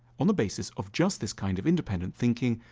on the basis of just this kind of independent thinking,